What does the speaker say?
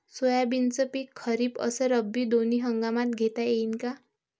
सोयाबीनचं पिक खरीप अस रब्बी दोनी हंगामात घेता येईन का?